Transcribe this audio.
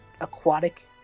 aquatic